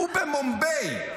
הוא במומביי.